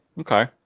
okay